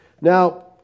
Now